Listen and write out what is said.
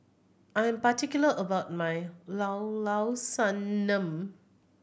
I'm particular about my Llao Llao Sanum